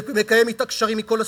ומקיים אתה קשרים מכל הסוגים,